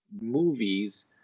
movies